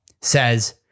says